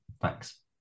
Thanks